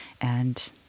And-